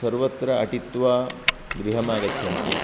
सर्वत्र अटित्वा गृहम् आगच्छन्ति